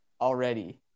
already